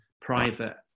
private